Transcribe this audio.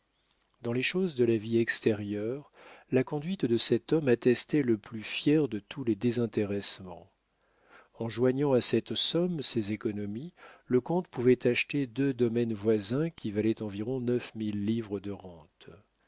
dans les choses de la vie extérieure la conduite de cet homme attestait le plus fier de tous les désintéressements en joignant à cette somme ses économies le comte pouvait acheter deux domaines voisins qui valaient environ neuf mille livres de rente